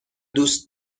دوست